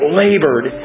labored